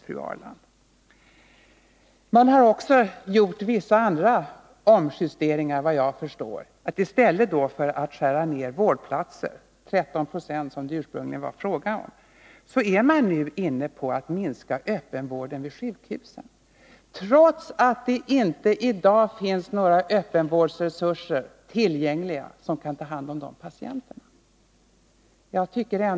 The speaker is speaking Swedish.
Man har också gjort vissa andra omjusteringar, efter vad jag förstår. I stället för att skära ned 13 26 av vårdplatserna, som det ursprungligen var fråga om, är man nu inne på att minska öppenvården vid sjukhuset, trots att det i dag inte finns några öppenvårdsresurser tillgängliga som kan hand om de patienterna.